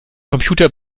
computer